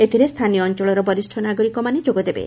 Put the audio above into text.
ଏଥିରେ ସ୍ଥାନୀୟ ଅଞ୍ଞଳର ବରିଷ୍ ନାଗରିକମାନେ ଯୋଗଦେବେ